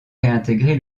réintégré